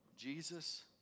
Jesus